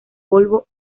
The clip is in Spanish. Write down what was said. polvo